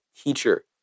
teacher